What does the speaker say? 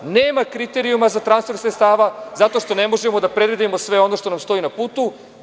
Nema kriterijuma za transfer sredstava zato što ne možemo da predvidimo sve ono što nam stoji na putu.